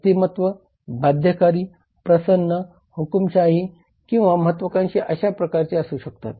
व्यक्तिमत्त्व बाध्यकारी प्रसन्न हुकूमशाही किंवा महत्वाकांक्षी अशा प्रकारच्या असू शकतात